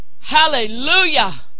Hallelujah